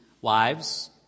Wives